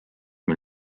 mil